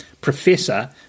professor